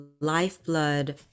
lifeblood